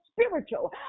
spiritual